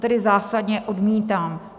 To tedy zásadně odmítám.